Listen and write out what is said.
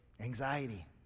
anxiety